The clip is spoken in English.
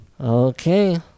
Okay